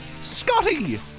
Scotty